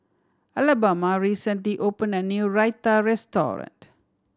Alabama recently opened a new Raita restaurant